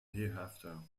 hereafter